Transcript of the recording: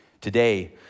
Today